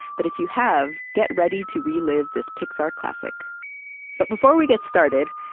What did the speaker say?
but if you have, get ready to re-live this pixar classic but before we get started,